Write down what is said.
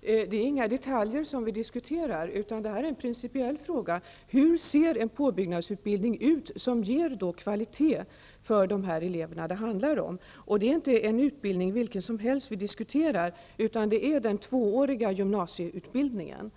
Fru talman! Det är inga detaljer som jag har frågat om, utan det är en pricipiell fråga: Hur ser en påbyggnadsutbildning ut som ger kvalitet för de elever det handlar om? Det är inte en utbildning vilken som helst vi diskuterar, utan det är den tvååriga gymnasieutbildningen.